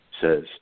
says